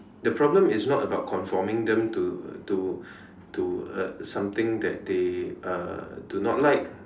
the problem is not about conforming them to to to uh something that they uh do not like